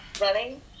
running